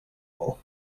all